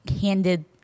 handed